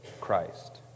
Christ